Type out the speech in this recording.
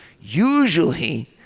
Usually